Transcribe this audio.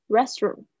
Restroom